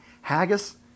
Haggis